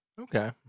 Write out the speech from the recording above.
Okay